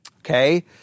Okay